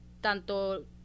tanto